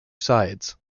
sides